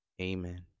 amen